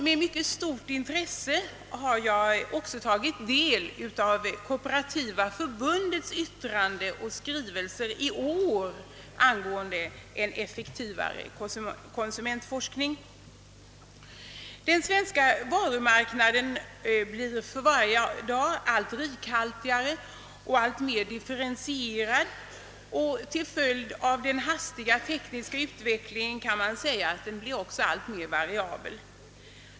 Med mycket stort intresse har jag också tagit del av Kooperativa förbundets yttrande och skrivelser i år angående en effektivare konsumentforskning. Den svenska varumarknaden blir för varje dag allt rikhaltigare och alltmer differentierad. Till följd av den snabba tekniska utvecklingen kan man också säga att den blir alltmer variabel.